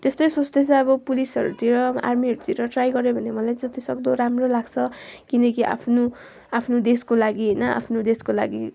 त्यस्तै सोँच्दैछु अब पुलिसहरूतिर आर्मीहरूतिर ट्राई गऱ्यो भने मलाई जति सक्दो राम्रो लाग्छ किनकि आफ्नो आफ्नो देशको लागि होइन आफ्नो देशको लागि